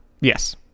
Yes